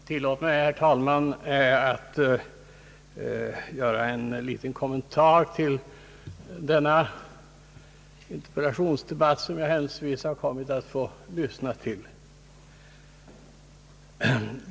Herr talman! Tillåt mig att göra en liten kommentar till denna interpellationsdebatt, som jag händelsevis har kommit att få lyssna på.